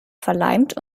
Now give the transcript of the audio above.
verleimt